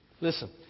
Listen